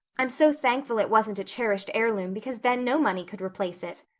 i'm so thankful it wasn't a cherished heirloom because then no money could replace it.